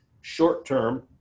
short-term